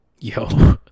Yo